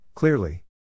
Clearly